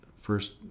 first